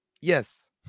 Yes